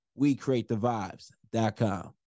WeCreateTheVibes.com